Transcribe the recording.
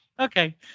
Okay